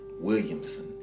Williamson